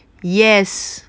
yes